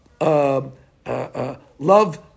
love